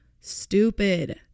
stupid